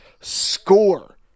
score